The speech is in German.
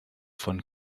von